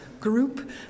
group